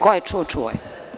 Ko je čuo, čuo je.